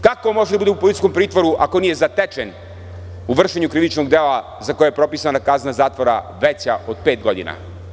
Kako može da bude u policijskom pritvoru ako nije zatečen u vršenju krivičnog dela za koji je propisana kazna zakona veća od pet godina.